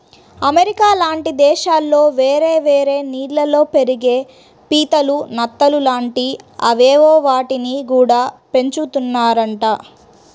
America లాంటి దేశాల్లో వేరే వేరే నీళ్ళల్లో పెరిగే పీతలు, నత్తలు లాంటి అవేవో వాటిని గూడా పెంచుతున్నారంట